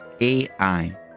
AI